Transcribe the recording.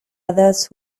others